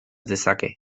dezake